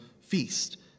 feast